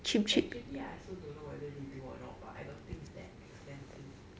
actually I also don't know whether they do or not but I don't think it's that expensive